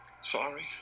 Sorry